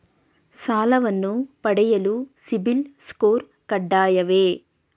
ಸಾಲವನ್ನು ಪಡೆಯಲು ಸಿಬಿಲ್ ಸ್ಕೋರ್ ಕಡ್ಡಾಯವೇ?